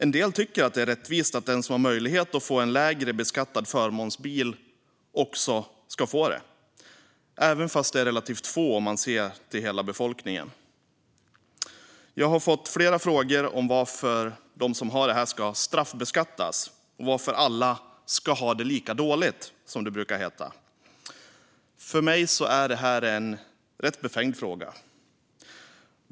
En del tycker att det är rättvist att den som har möjlighet att få en lägre beskattad förmånsbil också ska få det, även om de är relativt få om man ser till hela befolkningen. Jag har många gånger fått frågan varför de som har förmånsbil ska straffbeskattas och varför alla ska ha det lika dåligt, som det brukar heta. För mig är det en rätt befängd fråga.